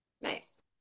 nice